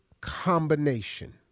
combination